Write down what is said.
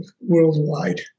worldwide